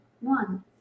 One